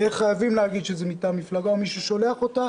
יהיו חייבים להגיד שזה מטעם מפלגה או מי ששלח אותה,